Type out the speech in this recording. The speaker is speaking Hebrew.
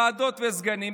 ועדות וסגנים,